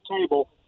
table